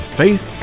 faith